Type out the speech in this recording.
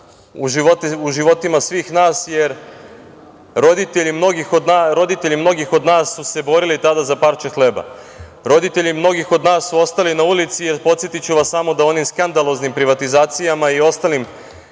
u životima svih nas, jer roditelji mnogih od nas su se borili tada za parče hleba. Roditelji mnogih od nas su ostali na ulici jer, podsetiću vas samo, onim skandaloznim privatizacijama i ostalim